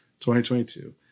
2022